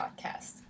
Podcast